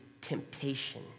temptation